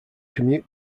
commute